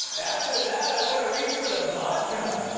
after that, i woulda reached for the vodka.